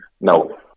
No